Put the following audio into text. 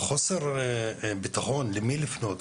חוסר הביטחון למי לפנות,